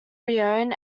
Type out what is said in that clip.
renown